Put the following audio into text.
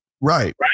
Right